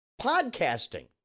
Podcasting